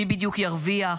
מי בדיוק ירוויח,